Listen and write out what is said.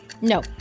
No